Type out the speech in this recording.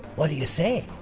what do you say?